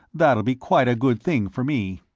that'll be quite a good thing for me.